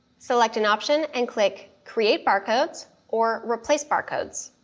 select an option and click create barcodes or replace barcodes.